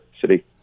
city